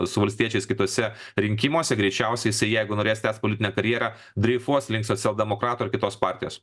su valstiečiais kituose rinkimuose greičiausiai jisai jeigu norės tęs politinę karjerą dreifuos link socialdemokratų ir kitos partijos